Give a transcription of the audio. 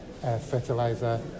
fertilizer